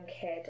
kid